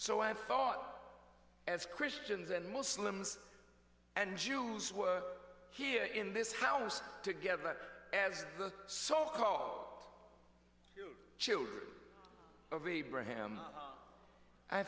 so i thought as christians and muslims and jews were here in this house together as the so called children of abraham i